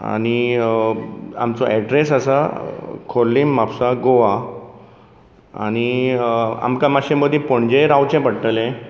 आनी आमचो एड्रेस आसा खोर्लीम म्हापसा गोआ आनी आमकां मातशी मदीं पणजेंय रावचें पडटलें